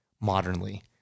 modernly